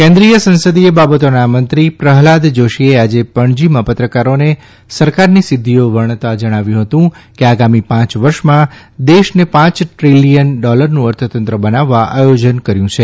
કેન્દ્રિય સંસદિય બાબતોના મંત્રીશ્રી પ્રહલાદ જાશીએ આજે પણજીમાં પત્રકારોને સરકારની સિદ્ધિઓ વર્ણવતાં જણાવ્યું હતું કે આગામી પાંચ વર્ષમાં દેશને પાંચ દ્રીલીયન ડોલરનું અર્થતંત્ર બનાવવા આયોજન કર્યું છે